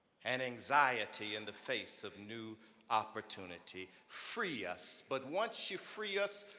and anxiety in the face of new opportunity. free us. but once you free us,